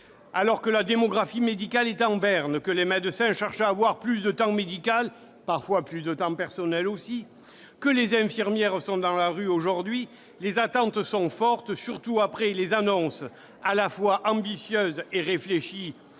Alors que la démographie médicale est en berne, que les médecins cherchent à avoir plus de temps médical et, parfois, de temps personnel, que les infirmières sont dans la rue aujourd'hui, les attentes sont fortes, surtout après les annonces à la fois ambitieuses et réfléchies